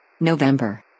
November